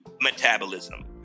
metabolism